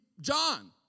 John